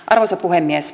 arvoisa puhemies